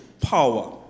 power